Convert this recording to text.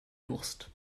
durst